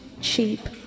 cheap